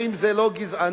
האם זאת לא גזענות?